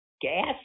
gas